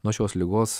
nuo šios ligos